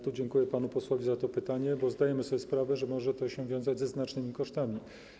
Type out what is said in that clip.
Tu dziękuję panu posłowi za to pytanie, bo zdajemy sobie sprawę, że może to się wiązać ze znacznymi kosztami.